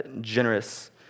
generous